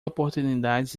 oportunidades